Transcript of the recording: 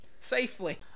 Safely